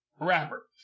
rapper